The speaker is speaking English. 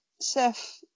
Seth